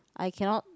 I cannot